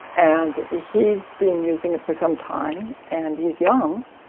and he's been using it for some time, and he's young,